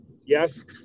yes